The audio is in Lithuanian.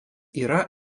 yra